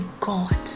God